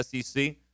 SEC